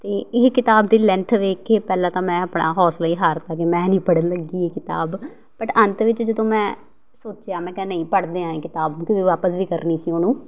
ਅਤੇ ਇਹ ਕਿਤਾਬ ਦੀ ਲੈਂਥ ਵੇਖ ਕੇ ਪਹਿਲਾਂ ਤਾਂ ਮੈਂ ਆਪਣਾ ਹੌਂਸਲਾ ਹੀ ਹਾਰ ਤਾ ਕਿ ਮੈਂ ਨਹੀਂ ਪੜ੍ਹਨ ਲੱਗੀ ਇਹ ਕਿਤਾਬ ਬਟ ਅੰਤ ਵਿੱਚ ਜਦੋਂ ਮੈਂ ਸੋਚਿਆ ਮੈਂ ਕਿਹਾ ਨਹੀਂ ਪੜ੍ਹਦੇ ਹਾਂ ਇਹ ਕਿਤਾਬ ਕਿਉਂਕਿ ਵਾਪਸ ਵੀ ਕਰਨੀ ਸੀ ਉਹਨੂੰ